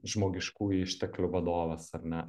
žmogiškųjų išteklių vadovas ar ne